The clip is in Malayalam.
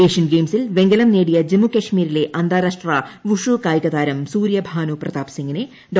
ഏഷ്യൻ ഗെയിംസിൽ വെങ്കലം നേടിയ ജമ്മുകാശ്മീരിലെ അന്താരാഷ്ട്ര വുഷു കായികതാരം സൂര്യ ഭാനു പ്രതാപ്പ് സിങ്ങിനെ ഡോ